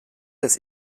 des